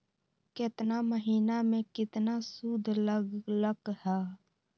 केतना महीना में कितना शुध लग लक ह?